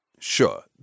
Sure